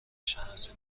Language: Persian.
شناسی